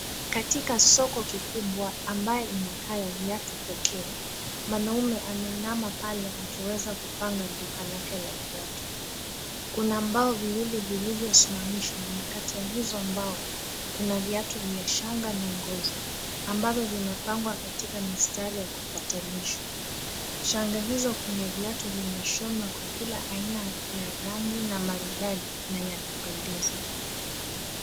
Katika soko kikubwa ambayo inakaa ya viatu pekee. Mwanaume ameinama pale akiweza kupanga duka lake la viatu. Kuna mbao viwili vilivyosimamishwa na kati ya hizo mbao, kuna viatu vya shanga na ngozi, ambavyo vimepangwa katika mistari ya kufwatanishwa. Shanga hizo kwenye viatu vimeshonwa kwa kila aina ya rangi na maridadi na yanapendeza.